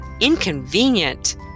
Inconvenient